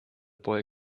boy